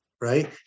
right